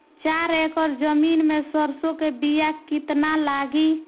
चार एकड़ जमीन में सरसों के बीया कितना लागी?